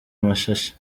amashashi